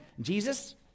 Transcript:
Jesus